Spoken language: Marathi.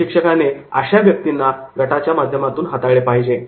प्रशिक्षकाने अशा व्यक्तींना गटाच्या माध्यमातूनच हाताळले पाहिजे